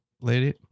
lady